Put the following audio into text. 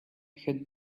had